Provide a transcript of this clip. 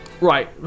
Right